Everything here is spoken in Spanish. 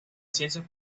ciencias